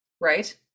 right